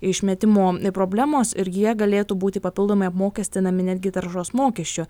išmetimo problemos ir jie galėtų būti papildomai apmokestinami netgi taršos mokesčiu